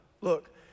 Look